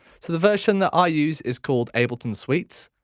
so the version that i use is called ableton suite